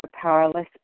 powerless